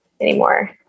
anymore